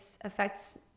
affects